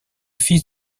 fils